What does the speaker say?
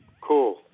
Cool